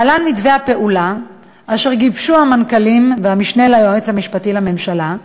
להלן מתווה הפעולה אשר גיבשו המנכ"לים והמשנה ליועץ המשפטי לממשלה,